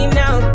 now